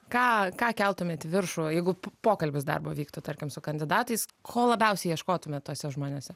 ką ką keltumėt į viršų jeigu p pokalbis darbo vyktų tarkim su kandidatais ko labiausiai ieškotumėt tuose žmonėse